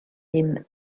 him